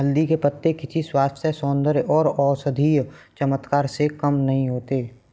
हल्दी के पत्ते किसी स्वास्थ्य, सौंदर्य और औषधीय चमत्कार से कम नहीं होते